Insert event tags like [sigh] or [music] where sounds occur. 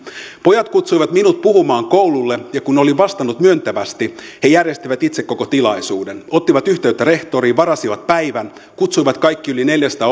pojat kutsuivat minut puhumaan koululle ja kun olin vastannut myöntävästi he järjestivät itse koko tilaisuuden ottivat yhteyttä rehtoriin varasivat päivän kutsuivat kaikki yli neljäsataa [unintelligible]